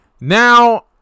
Now